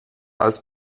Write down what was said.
als